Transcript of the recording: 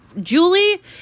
Julie